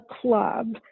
club